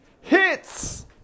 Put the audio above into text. hits